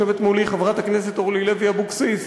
יושבת מולי חברת הכנסת אורלי לוי אבקסיס,